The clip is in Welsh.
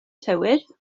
tywydd